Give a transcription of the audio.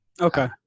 okay